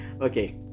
Okay